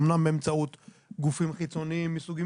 אומנם באמצעות גופים חיצוניים מסוגים